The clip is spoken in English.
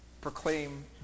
proclaim